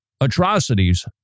atrocities